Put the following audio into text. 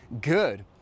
good